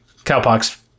cowpox